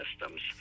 systems